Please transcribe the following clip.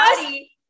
body